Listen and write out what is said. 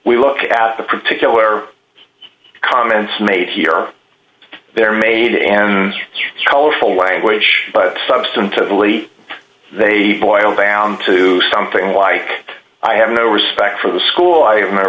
we look at the particular comments made here they're made and colorful language but substantively they boil down to something like i have no respect for the school i have no